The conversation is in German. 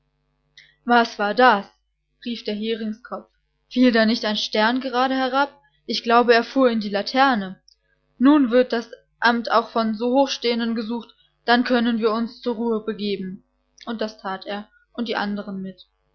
was war das rief der heringskopf fiel da nicht ein stern gerade herab ich glaube er fuhr in die laterne nun wird das amt auch von so hochstehenden gesucht dann können wir uns zur ruhe begeben und das that er und die andern mit